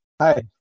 Hi